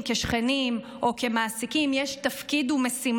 כשכנים או כמעסיקים יש תפקיד ומשימה